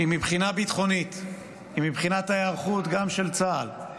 אם מבחינה ביטחונית, מבחינת ההיערכות גם של צה"ל,